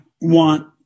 want